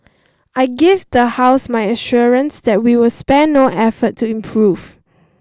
I give the house my assurance that we will spare no effort to improve